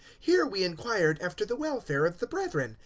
here we inquired after the welfare of the brethren,